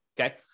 Okay